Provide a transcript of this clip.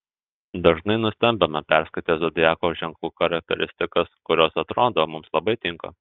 dažnai nustembame perskaitę zodiako ženklų charakteristikas kurios atrodo mums labai tinka